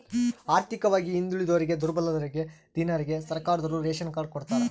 ಆರ್ಥಿಕವಾಗಿ ಹಿಂದುಳಿದೋರಿಗೆ ದುರ್ಬಲರಿಗೆ ದೀನರಿಗೆ ಸರ್ಕಾರದೋರು ರೇಶನ್ ಕಾರ್ಡ್ ಕೊಡ್ತಾರ